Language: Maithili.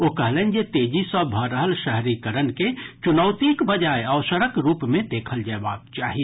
ओ कहलनि जे तेजी सँ भऽ रहल शहरीकरण के चुनौतीक बजाय अवसरक रूप मे देखल जयबाक चाही